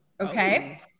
okay